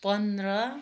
पन्ध्र